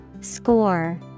Score